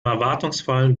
erwartungsvollen